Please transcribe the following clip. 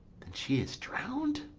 then she is drown'd?